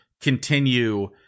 continue